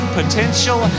potential